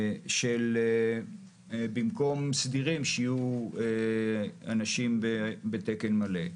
השני, במקום סדירים שיהיו אנשים בתקן מלא.